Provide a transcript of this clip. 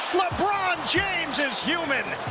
lebron james is human.